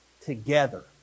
together